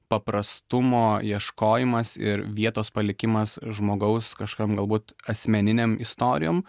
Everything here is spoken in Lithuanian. paprastumo ieškojimas ir vietos palikimas žmogaus kažkokiom galbūt asmeninėm istorijom